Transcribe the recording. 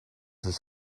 his